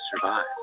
survive